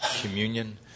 communion